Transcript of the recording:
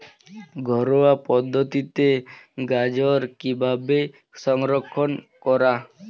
ঘরোয়া পদ্ধতিতে গাজর কিভাবে সংরক্ষণ করা?